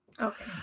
Okay